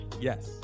Yes